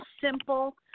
simple